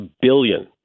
billion